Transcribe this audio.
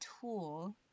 tool